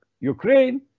Ukraine